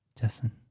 Justin